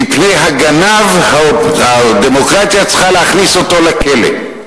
מפני הגנב, הדמוקרטיה צריכה להכניס אותו לכלא.